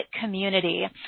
community